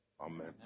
Amen